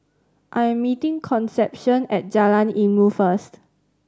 I am meeting Concepcion at Jalan Ilmu first